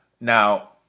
Now